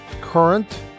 current